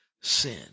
sin